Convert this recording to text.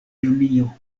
junio